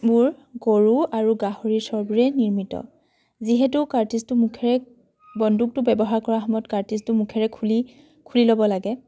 বোৰ গৰু আৰু গাহৰিৰ চৰ্বিৰে নিৰ্মিত যিহেতু কাৰ্টিজটো মুখেৰে বন্দুকটো ব্যৱহাৰ কৰাৰ সময়ত কাৰ্টিজটো মুখেৰে খুলি খুলি ল'ব লাগে